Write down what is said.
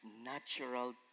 natural